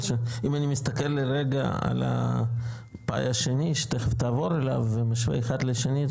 אם אני מסתכל לרגע על הגרף השני שתכף תעבור אליו ומשווה אחד לשני,